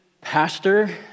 pastor